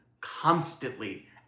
constantly